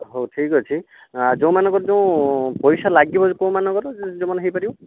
ହେଉ ଠିକ ଅଛି ଆଉ ଯେଉଁମାନଙ୍କର ଯେଉଁ ପଇସା ଲାଗିବ କେଉଁ ମାନଙ୍କର ଯେଉଁମାନେ ହୋଇ ପାରିବ